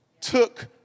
took